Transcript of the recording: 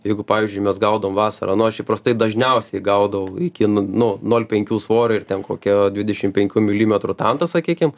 jeigu pavyzdžiui mes gaudom vasarą nu aš įprastai dažniausiai gaudau iki n nu nol penkių svorio ir ten kokią dvidešim penkių milimetrų tanta sakykim